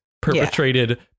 perpetrated